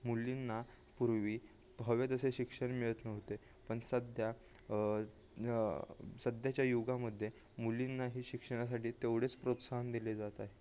मुलींना पूर्वी हवे तसे शिक्षण मिळत नव्हते पण सध्या सध्याच्या युगामध्ये मुलींनाही शिक्षणासाठी तेवढेच प्रोत्साहन दिले जात आहे